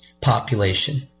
population